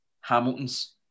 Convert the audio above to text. Hamilton's